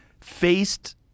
faced